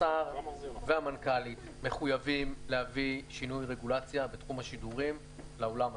השר והמנכ"לית מחויבים להביא שינוי רגולציה בתחום השידורים לאולם הזה.